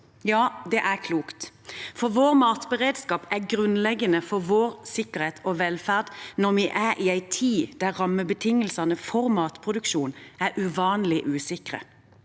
Ja, det er klokt, for vår matberedskap er grunnleggende for vår sikkerhet og velferd når vi er i en tid da rammebetingelsene for matproduksjon er uvanlig usikre.